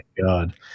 God